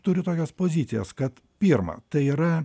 turi tokias pozicijas kad pirma tai yra